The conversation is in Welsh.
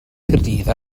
caerdydd